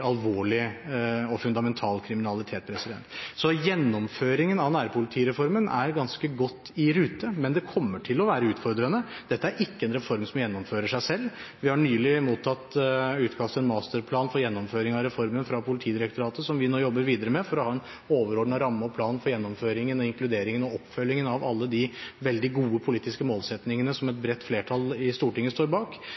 alvorlig og fundamental kriminalitet. Gjennomføringen av nærpolitireformen er ganske godt i rute, men det kommer til å være utfordrende. Dette er ikke en reform som gjennomfører seg selv. Vi har nylig mottatt utkast til en masterplan for gjennomføring av reformen fra Politidirektoratet som vi nå jobber videre med, for å ha en overordnet ramme og plan for gjennomføringen, inkluderingen og oppfølgingen av alle de veldig gode politiske målsettingene som et